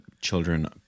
children